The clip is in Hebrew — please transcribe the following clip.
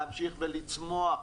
להמשיך לצמוח.